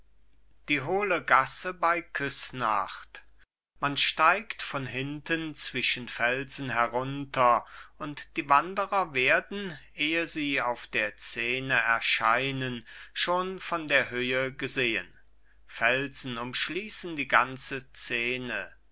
die hohle gasse bei küssnacht man steigt von hinten zwischen felsen herunter und die wanderer werden ehe sie auf der szene erscheinen schon von der höhe gesehen felsen umschließen die ganze szene